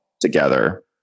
together